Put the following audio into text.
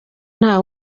nta